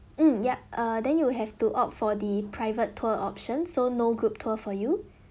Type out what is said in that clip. mm yup err then you will have to opt for the private tour option so no group tour for you